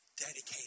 dedicated